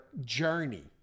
journey